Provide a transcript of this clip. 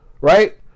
right